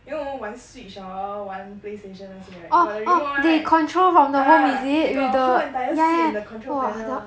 you know 我们玩 switch hor 玩 playstation 那些 got the remote one right ah they got whole entire seat and the control panel